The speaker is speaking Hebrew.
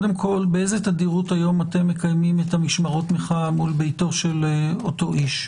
באיזה תדירות היום אתם מקיימים את משמרות המחאה מול ביתו של אותו איש?